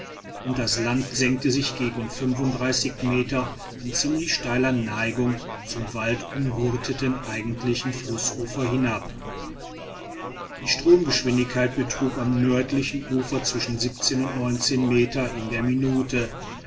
und das land senkte sich gegen meter in ziemlich steiler neigung zum waldumgürteten eigentlichen flußufer hinab die stromgeschwindigkeit betrug am nördlichen ufer zwischen und meter in der minute